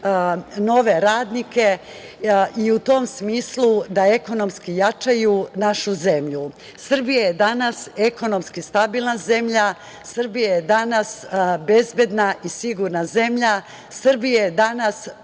nove radnike, i u tom smislu da ekonomski jačaju našu zemlju. Srbija je danas ekonomski stabilna zemlja. Srbija je danas bezbedna i sigurna zemlja. Srbija je danas